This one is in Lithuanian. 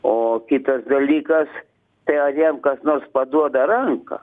o kitas dalykas tai ar jam kas nors paduoda ranką